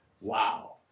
Wow